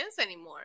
anymore